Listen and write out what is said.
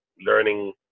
learning